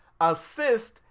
assist